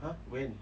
!huh! when